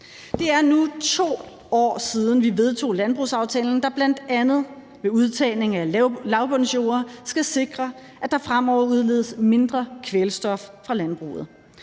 Det er nu 2 år siden, vi vedtog landbrugsaftalen, der bl.a. ved udtagning af lavbundsjorder skal sikre, at der fremover udledes mindre kvælstof fra landbruget.